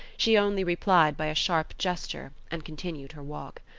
she only replied by a sharp gesture and continued her walk.